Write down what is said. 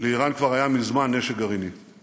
לאיראן היה נשק גרעיני כבר מזמן.